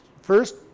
first